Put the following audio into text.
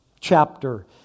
chapter